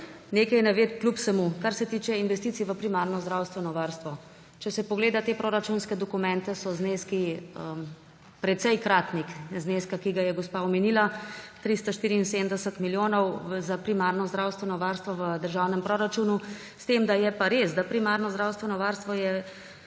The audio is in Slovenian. nekaj navedb, kar se tiče investicij v primarno zdravstveno varstvo. Če se pogleda te proračunske dokumente, so zneski precejkratnik zneska, ki ga je gospa omenila, 374 milijonov za primarno zdravstveno varstvo v državnem proračunu, s tem da je pa res, da je primarno zdravstveno varstvo,